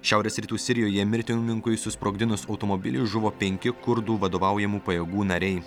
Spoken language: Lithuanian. šiaurės rytų sirijoje mirtininkui susprogdinus automobilį žuvo penki kurdų vadovaujamų pajėgų nariai